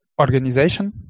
organization